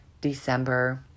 December